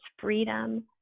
freedom